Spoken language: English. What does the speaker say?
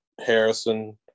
Harrison